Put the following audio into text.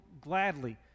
gladly